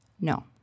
No